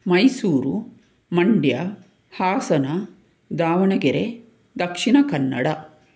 Mysuru Mandya Hassan Davanagere Dakshina Kannada